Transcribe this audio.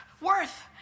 worth